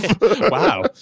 Wow